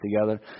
together